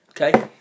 Okay